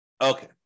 Okay